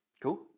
cool